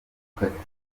gukatirwa